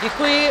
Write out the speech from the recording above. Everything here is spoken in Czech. Děkuji.